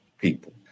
people